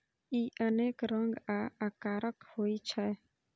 ई अनेक रंग आ आकारक होइ छै